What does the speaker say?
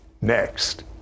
Next